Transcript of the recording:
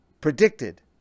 predicted